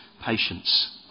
patience